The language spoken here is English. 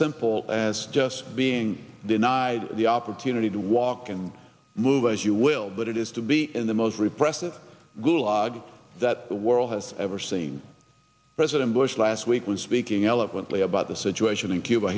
simple as just being denied the opportunity to walk and move as you will but it has to be in the most repressive gulag that the world has ever seen president bush last week when speaking eloquently about the situation in cuba